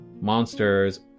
monsters